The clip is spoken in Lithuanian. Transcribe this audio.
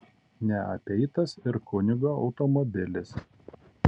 neapeitas ir kunigo automobilis